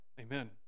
Amen